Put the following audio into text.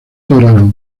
dra